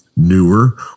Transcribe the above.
newer